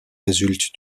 résulte